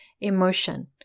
emotion